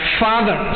father